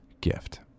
gift